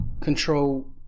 control